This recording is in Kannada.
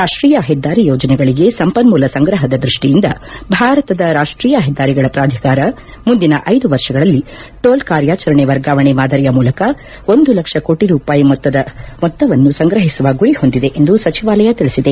ರಾಷ್ಷೀಯ ಹೆದ್ದಾರಿ ಯೋಜನಗಳಗೆ ಸಂಪನ್ಗೂಲ ಸಂಗ್ರಹದ ದ್ನಷ್ಷಿಯಿಂದ ಭಾರತದ ರಾಷ್ಷೀಯ ಹೆದ್ಗಾರಿಗಳ ಪ್ರಾಧಿಕಾರ ಮುಂದಿನ ಐದು ವರ್ಷಗಳಲ್ಲಿ ಟೋಲ್ ಕಾರ್ಯಾಚರಣೆ ವರ್ಗಾವಣೆ ಮಾದರಿಯ ಮೂಲಕ ಒಂದು ಲಕ್ಷ ಕೋಟಿ ರೂಪಾಯಿ ಮೊತ್ತವನ್ನು ಸಂಗ್ರಹಿಸುವ ಗುರಿ ಹೊಂದಿದೆ ಎಂದು ಸಚಿವಾಲಯ ತಿಳಿಸಿದೆ